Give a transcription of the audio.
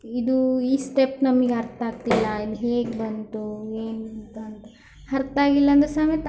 ಇದು ಈ ಸ್ಟೆಪ್ ನಮಗೆ ಅರ್ಥಾಗ್ತಿಲ್ಲ ಅದು ಹೇಗೆ ಬಂತು ಏನು ಅಂತಂತ ಅರ್ಥಾಗ್ಲಿಲ್ಲಾಂದ್ರು ಸಮೇತ